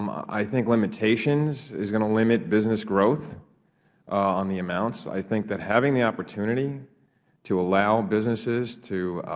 um i i think limitations is going to limit business growth on the amounts. i think that having the opportunity to allow businesses to